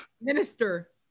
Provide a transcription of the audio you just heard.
minister